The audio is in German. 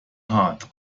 hart